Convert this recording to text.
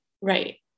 Right